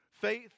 faith